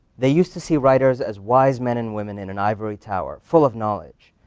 they used to see writers as wise men and women in an ivory tower, full of knowledge.